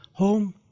home